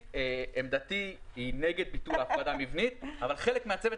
עמדתי היא נגד ביטול ההפרדה המבנית אבל חלק מהצוות